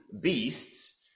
beasts